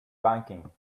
banking